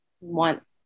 want